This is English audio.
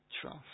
trust